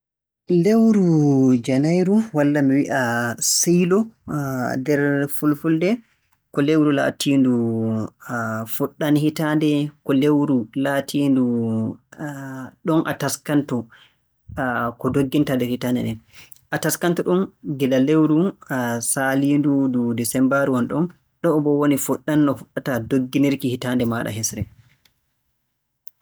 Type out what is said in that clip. Lewru Janayru walla mi wi'a Siilo nder Fulfulde ko lewru laatiindu fuɗɗam hitaande. Ko lewru laatiindu ɗon a taskantoo ko ndoggintaa nder hitaande nden. A taskanto-ɗum gila lewru saaliindu ndu Disammbaaru wonɗon. Ɗo'o boo woni fuɗɗam no fuɗɗata dogginirki hitaande maaɗa hesre.